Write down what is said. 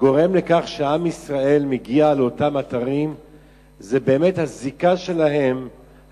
גורם לכך שעם ישראל מגיע לאותם אתרים זה באמת הזיקה המקראית,